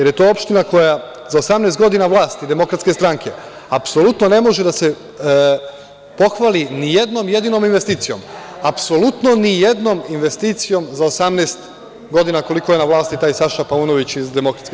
To je opština koja je za 18 godina vlasti DS, apsolutno ne može da se pohvali ni jednom jedinom investicijom, apsolutno ni jednom investicijom za 18 godina koliko je na vlasti taj Saša Paunović iz DS.